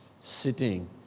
sitting